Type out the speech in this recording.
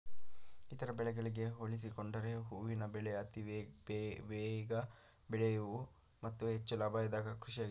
ಇತರ ಬೆಳೆಗಳಿಗೆ ಹೋಲಿಸಿಕೊಂಡರೆ ಹೂವಿನ ಬೆಳೆ ಅತಿ ಬೇಗ ಬೆಳೆಯೂ ಮತ್ತು ಹೆಚ್ಚು ಲಾಭದಾಯಕ ಕೃಷಿಯಾಗಿದೆ